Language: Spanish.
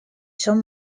son